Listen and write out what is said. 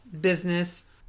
Business